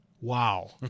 Wow